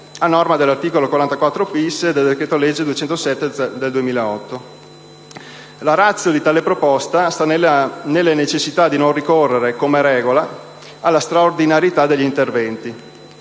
La *ratio* di tale proposta sta nella necessità di non ricorrere, come regola, alla straordinarietà degli interventi.